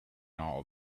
all